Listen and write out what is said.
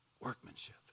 workmanship